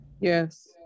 Yes